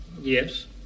Yes